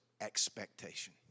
expectation